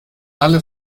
alle